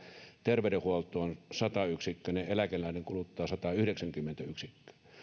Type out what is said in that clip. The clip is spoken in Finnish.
terveydenhuoltoon sata yksikköä niin eläkeläinen kuluttaa satayhdeksänkymmentä